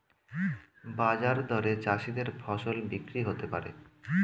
বাজার দরে চাষীদের ফসল বিক্রি হতে পারে